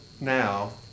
now